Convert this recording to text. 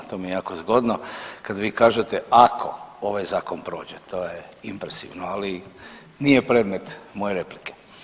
To mi je jako zgodno kad vi kažete ako ovaj zakon prođe, to je impresivno ali nije predmet moje replike.